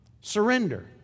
Surrender